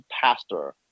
pastor